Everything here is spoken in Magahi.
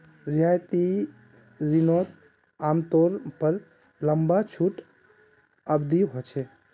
रियायती रिनोत आमतौर पर लंबा छुट अवधी होचे